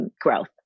growth